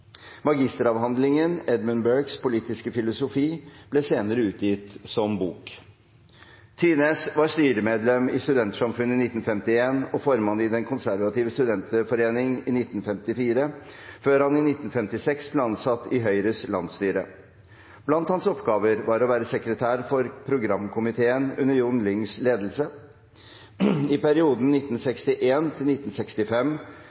Magisteravhandlingen «Edmund Burkes politiske filosofi» ble senere utgitt som bok. Thyness var styremedlem i Studentersamfundet i 1951 og formann i Den Konservative Studenterforening i 1954, før han i 1956 ble ansatt i Høyres landsstyre. Blant hans oppgaver var å være sekretær for programkomiteen under John Lyngs ledelse. I perioden